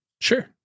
Sure